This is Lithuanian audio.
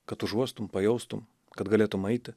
kad užuostum pajaustų kad galėtum eiti